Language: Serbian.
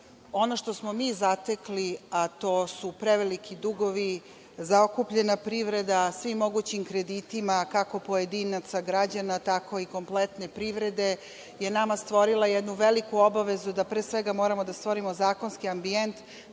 ono što smo mi zatekli, a to su preveliki dugovi, zaokupljena privreda svim mogućim kreditima, kako pojedinaca, građana tako i kompletne privrede, je nama stvorilo jednu veliku obavezu da, pre svega, moramo da stvorimo zakonski ambijent